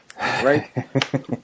right